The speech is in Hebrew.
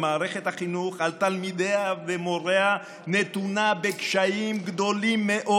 ומערכת החינוך על תלמידיה ומוריה נתונה בקשיים גדולים מאוד.